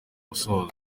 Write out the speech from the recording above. musozo